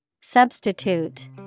Substitute